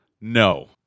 no